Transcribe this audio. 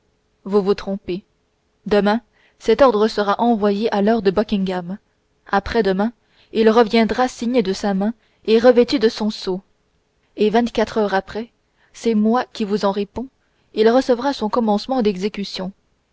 vous vous trompez demain cet ordre sera envoyé à lord buckingham après-demain il reviendra signé de sa main et revêtu de son sceau et vingt-quatre heures après c'est moi qui vous en réponds il recevra son commencement d'exécution